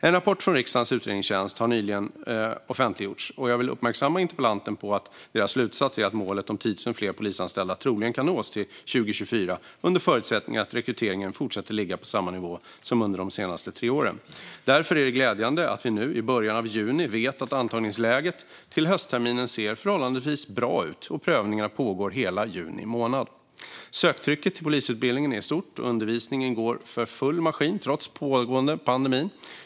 En rapport från riksdagens utredningstjänst har nyligen offentliggjorts, och jag vill uppmärksamma interpellanten på att dess slutsats är att målet om 10 000 fler polisanställda troligen kan nås till 2024 under förutsättning att rekryteringen fortsätter ligga på samma nivå som under de senaste tre åren. Därför är det glädjande att vi nu i början av juni vet att antagningsläget till höstterminen ser förhållandevis bra ut, och prövningarna pågår hela juni månad. Söktrycket till polisutbildningen är stort, och undervisningen går för full maskin trots pågående pandemi.